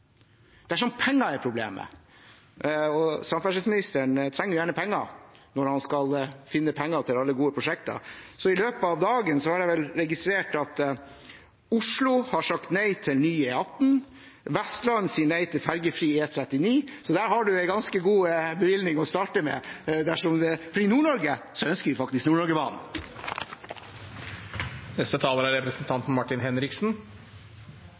21. århundre. Dersom penger er problemet, og samferdselsministeren trenger gjerne penger til alle gode prosjekter: I løpet av dagen har jeg registrert at Oslo har sagt nei til ny E18, og at Vestland sier nei til fergefri E39, så da har man en ganske god bevilgning å starte med, for i Nord-Norge ønsker vi faktisk Nord-Norge-banen. Å diskutere hvordan man organiserer og gjennomfører et prosjekt i størrelsesordenen 120 mrd. kr, er